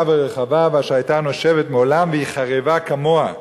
ורחבה ואשר היתה נושבת מעולם והיא חרבה כמוה,